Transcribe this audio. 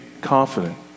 confident